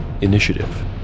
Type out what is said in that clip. Initiative